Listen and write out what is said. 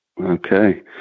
Okay